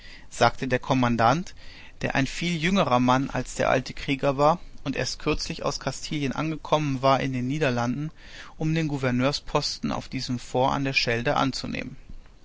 sagte der kommandant der ein viel jüngerer mann als der alte krieger war und erst kürzlich aus kastilien angekommen war in den niederlanden um den gouverneursposten auf diesem fort an der schelde anzunehmen